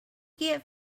get